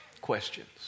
questions